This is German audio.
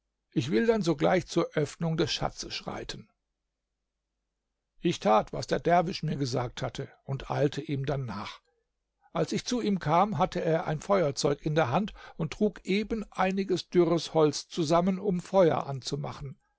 ich will dann sogleich zur öffnung des schatzes schreiten ich tat was der derwisch mir gesagt hatte und eilte ihm dann nach als ich zu ihm kam hatte er ein feuerzeug in der hand und trug eben einiges dürres holz zusammen um feuer anzumachen